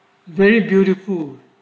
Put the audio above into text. very beautiful